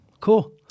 Cool